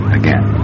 again